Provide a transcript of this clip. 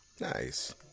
Nice